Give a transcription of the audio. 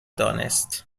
دانست